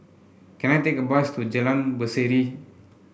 can I take a bus to Jalan Berseri